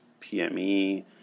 PME